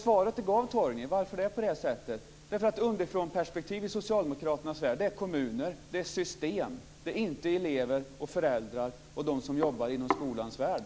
Svaret jag gav på varför det är på det sättet är att underifrånperspektivet i socialdemokraternas värld är kommunerna. Det är system. Det är inte elever, föräldrar och de som jobbar inom skolans värld.